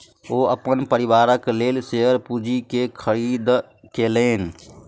ओ अपन परिवारक लेल शेयर पूंजी के खरीद केलैन